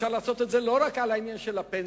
אפשר לעשות את זה לא רק על העניין של הפנסיה,